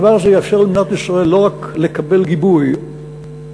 הדבר הזה יאפשר למדינת ישראל לא רק לקבל גיבוי דו-צדדי,